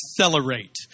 Accelerate